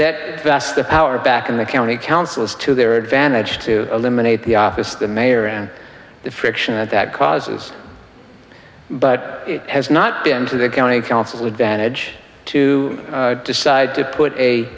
that vast the power back in the county council is to their advantage to eliminate the office the mayor and the friction that that causes but it has not been to the county council advantage to decide to put a